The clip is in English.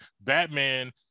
Batman